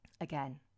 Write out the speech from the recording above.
Again